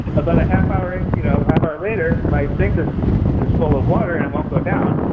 about a half hour in you know, half hour later, my sink ah is full of water and won't go down.